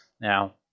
Now